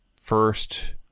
first